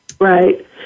Right